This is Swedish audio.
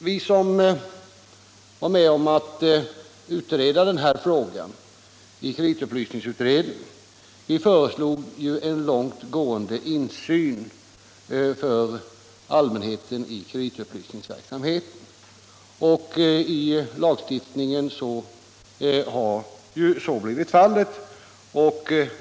Vi som var med om att utreda den här frågan i kreditupplysningsutredningen föreslog en långtgående insyn för allmänheten i kreditupplysningsverksamheten, och i lagstiftningen har så blivit fallet.